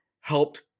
helped